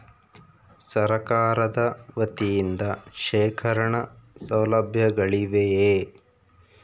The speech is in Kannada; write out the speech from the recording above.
ಸರಕಾರದ ವತಿಯಿಂದ ಶೇಖರಣ ಸೌಲಭ್ಯಗಳಿವೆಯೇ?